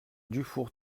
dufour